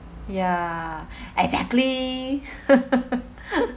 ya exactly